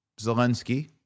Zelensky